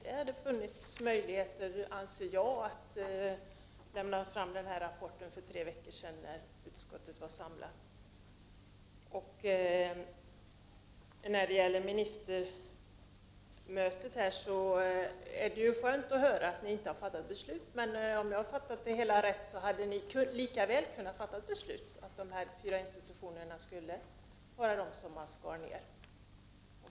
Det hade funnits möjlighet, anser jag, att lämna fram den här rapporten för tre veckor sedan när utskottet var samlat. När det gäller ministermötet är det skönt att höra att ni inte har fattat beslut, men om jag fattat det hela rätt hade ni lika väl kunnat fatta beslutet om att de här fyra institutionerna skulle skäras ned.